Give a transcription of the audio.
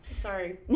Sorry